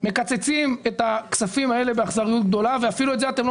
מקצצים את הכספים האלה באכזריות גדולה ואפילו את זה אתם לא